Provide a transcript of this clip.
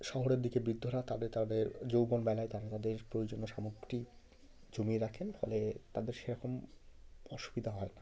শহরের দিকে বৃদ্ধরা তাদে তাদের যৌবনবেলায় তারা তাদের প্রয়োজনীয় সামগ্রীটি জমিয়ে রাখেন ফলে তাদের সেরকম অসুবিধা হয় না